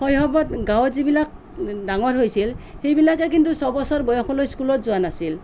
শৈশৱত গাঁৱত যিবিলাক ডাঙৰ হৈছিল সেইবিলাকে কিন্তু ছয় বছৰ বয়সলৈ স্কুলত যোৱা নাছিল